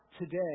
today